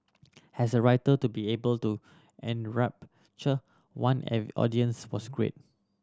has a writer to be able to enrapture one an audience was greats